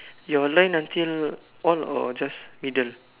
your line until all or just middle